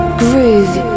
groove